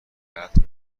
قتل